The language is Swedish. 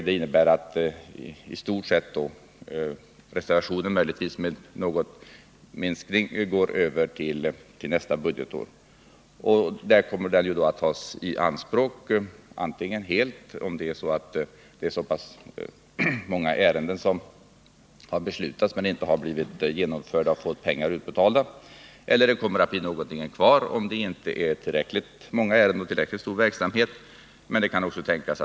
Det innebär i stort sett att de reserverade medlen, möjligtvis med någon minskning, förs över till nästa budgetår. Då kommer de att tas i anspråk, antingen helt — många ärenden har beslutats men inte genomförts och pengar till dem har inte utbetalats — eller också med något överskott, ifall ärendena och verksamheten inte blivit så omfattande som beräknades.